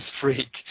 freak